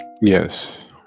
Yes